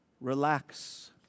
relax